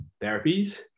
therapies